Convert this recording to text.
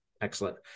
Excellent